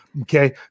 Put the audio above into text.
okay